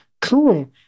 cool